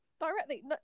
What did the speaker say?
directly